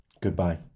Goodbye